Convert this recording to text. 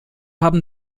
haben